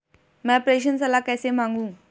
मैं प्रेषण सलाह कैसे मांगूं?